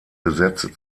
gesetze